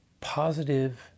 positive